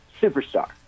superstar